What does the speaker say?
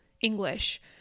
English